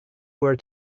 were